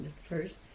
first